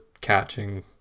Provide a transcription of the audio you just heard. catching